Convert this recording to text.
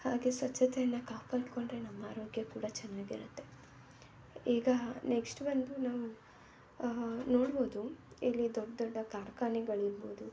ಹಾಗೇ ಸ್ವಚ್ಛತೆಯನ್ನು ಕಾಪಾಡಿಕೊಂಡ್ರೆ ನಮ್ಮ ಆರೋಗ್ಯ ಕೂಡ ಚೆನ್ನಾಗಿರುತ್ತೆ ಈಗ ನೆಕ್ಸ್ಟ್ ಬಂದು ನಾವು ನೋಡ್ಬೋದು ಇಲ್ಲಿ ದೊಡ್ಡ ದೊಡ್ಡ ಕಾರ್ಖಾನೆಗಳಿರ್ಬೋದು